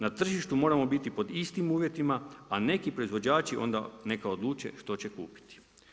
Na tržištu moramo biti pod istim uvjetima, a neki proizvođači, onda neka odluče što će kupiti.